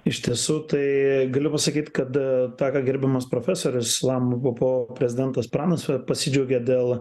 iš tiesų tai galiu pasakyt kad tą ką gerbiamas profesorius lama bpo prezidentas pranas pasidžiaugė dėl